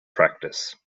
practice